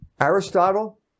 Aristotle